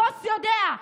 הבוס יודע,